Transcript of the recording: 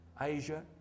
Asia